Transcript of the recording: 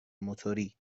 موتوری